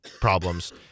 problems